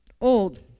old